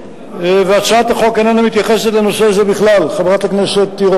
אני רוצה גם להוסיף ולציין, חבר הכנסת מולה,